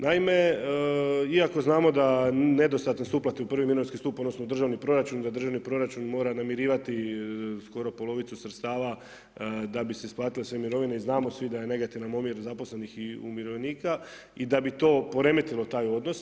Naime, iako znamo da nedostatne su uplate u prvi mirovinski stup odnosno u državni proračun da državni proračun mora namirivati skoro polovicu sredstava da bi se isplatile sve mirovine i znamo svi da je negativan omjer zaposlenih i umirovljenika i da bi to poremetilo taj odnos.